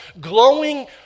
glowing